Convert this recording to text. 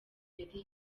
yari